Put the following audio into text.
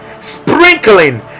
sprinkling